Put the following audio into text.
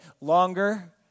longer